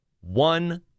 one